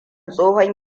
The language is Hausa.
tsohon